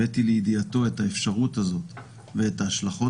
הבאתי לידיעתו את האפשרות הזו ואת ההשלכות